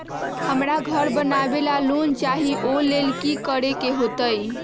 हमरा घर बनाबे ला लोन चाहि ओ लेल की की करे के होतई?